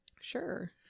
Sure